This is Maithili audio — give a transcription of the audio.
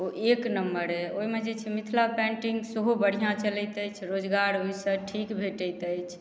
ओ एक नम्बर अछि ओहिमे जे छै मिथिला पेन्टिंग सेहो बढ़िऑं चलैत अछि रोजगार ओहि से ठीक भेटैत अछि